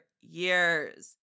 years